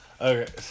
Okay